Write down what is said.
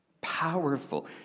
powerful